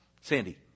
Sandy